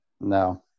No